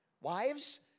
Wives